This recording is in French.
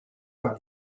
par